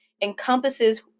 encompasses